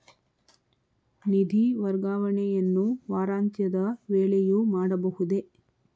ನಿಧಿ ವರ್ಗಾವಣೆಯನ್ನು ವಾರಾಂತ್ಯದ ವೇಳೆಯೂ ಮಾಡಬಹುದೇ?